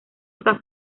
está